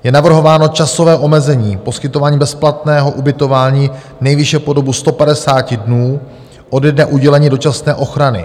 Je navrhováno časové omezení poskytování bezplatného ubytování nejvýše po dobu 150 dnů ode dne udělení dočasné ochrany.